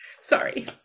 Sorry